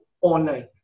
online